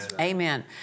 Amen